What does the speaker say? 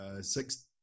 six